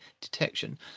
detection